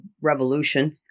revolution